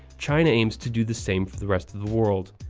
china aims to do the same for the rest of the world.